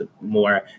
more